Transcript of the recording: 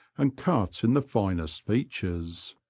and cut in the finest features.